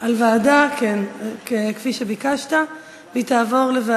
אני בצער מסכימה אתך.